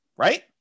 Right